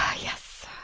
yes.